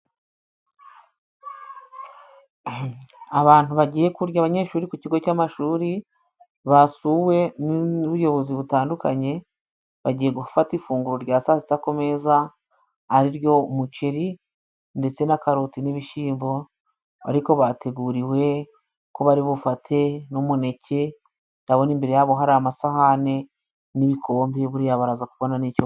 Abantu bagiye kurya, abanyeshuri ku kigo cy'amashuri basuwe n'ubuyobozi butandukanye, bagiye gufata ifunguro rya sa sita ku meza, ari ryo umuceri ndetse na karoti n'ibishyimbo ariko bateguriwe ko bari bufate n'umuneke. Ndabona imbere yabo hari amasahane n'ibikombe, buriya baraza kubona n'icyo ...